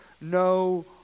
no